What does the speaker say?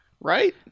right